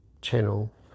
channel